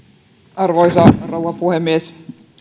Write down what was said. arvoisa rouva puhemies